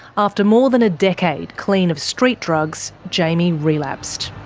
after more than a decade clean of street drugs, jaimie relapsed.